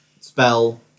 spell